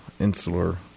insular